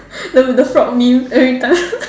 ya with the frog meme everytime